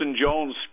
Jones